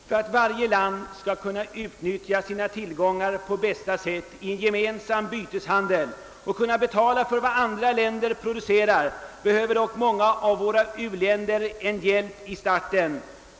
För att kunna utnyttja sina tillgångar på bästa sätt vid en gemensam byteshandel och kunna betala för vad andra länder producerar behöver dock många av våra u-länder hjälp vid starten.